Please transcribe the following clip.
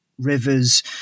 Rivers